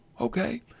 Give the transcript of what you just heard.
Okay